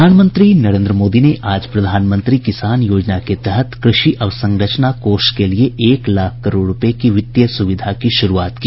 प्रधानमंत्री नरेन्द्र मोदी ने आज प्रधानमंत्री किसान योजना के तहत कृषि अवसंरचना कोष के लिये एक लाख करोड़ रूपये की वित्तीय सुविधा की शुरूआत की